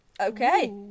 Okay